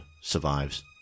survives